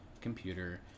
computer